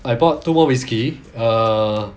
I bought two more whisky err